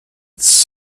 its